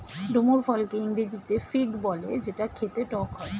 ডুমুর ফলকে ইংরেজিতে ফিগ বলে যেটা খেতে টক হয়